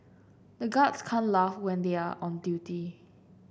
the guards can't laugh when they are on duty